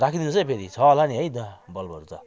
राखिदिनुहोस् है फेरि छ होला नि है बल्बहरू त